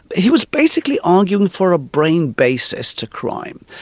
he was basically arguing for a brain basis to crime,